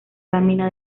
lámina